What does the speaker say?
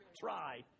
Try